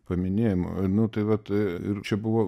paminėjimu ir nu tai vat ir čia buvo